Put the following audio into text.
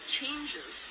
changes